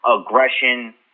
aggression